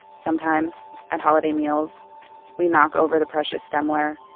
sometimes at holiday meals we'd knock over the precious stemware.